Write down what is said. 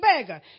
beggar